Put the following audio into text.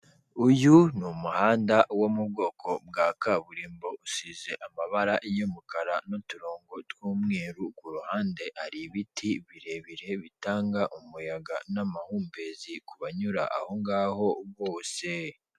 Uyu ni umuhanda wo mu bwoko bwa kaburimbo. Usize amabara y'umukara n'uturongo tw'umweru, ku ruhande hari ibiti birebire bitanga umuyaga n'amahumbezi ku banyura aho ngaho bose.